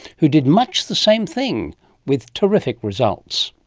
who did much the same thing with terrific results.